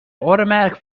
automatic